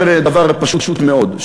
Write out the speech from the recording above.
אומר דבר פשוט מאוד,